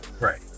Right